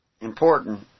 important